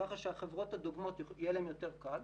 כך שלחברות הדוגמות יהיה יותר קל.